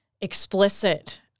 explicit